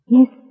Yes